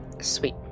Sweet